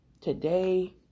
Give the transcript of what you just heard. Today